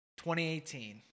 2018